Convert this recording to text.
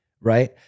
right